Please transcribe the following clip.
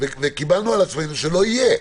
וקיבלנו על עצמנו שלא יהיה.